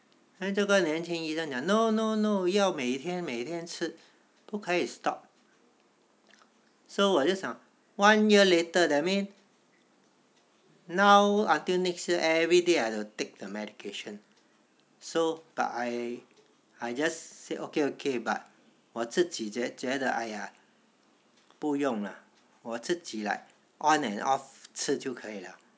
then 这个年轻医生讲 no no no no 要每天每天吃不可以 stop so 我就想 one year later that means now until next year everyday I have to take the medication so but I I just say okay okay but 我自己觉得 !aiya! 不用啦我自己 like on and off 吃就可以了